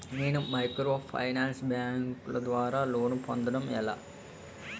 నేను మైక్రోఫైనాన్స్ బ్యాంకుల ద్వారా లోన్ పొందడం ఎలా?